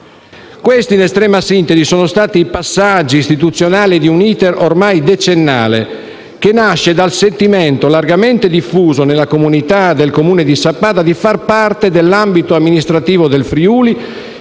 Questi, in estrema sintesi, sono stati i passaggi istituzionali di un *iter* ormai decennale, che nasce dal sentimento largamente diffuso nella comunità del Comune di Sappada di far parte dell'ambito amministrativo del Friuli,